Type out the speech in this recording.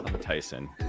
Tyson